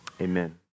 Amen